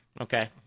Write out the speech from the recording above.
Okay